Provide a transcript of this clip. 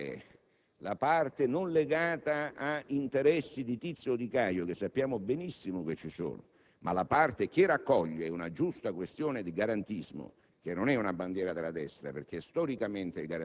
che la parte non strumentale, la parte non legata a interessi di Tizio o di Caio, che sappiamo benissimo essere presenti, raccolga una giusta questione di garantismo